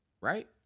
Right